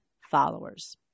followers